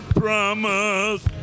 promise